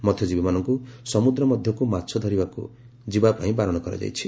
ମହ୍ୟଜୀବୀମାନଙ୍ଙ୍ ସମୁଦ୍ର ମଧକୁ ମାଛ ଧରିବାକୁ ଯିବା ପାଇଁ ବାରଣ କରାଯାଇଛି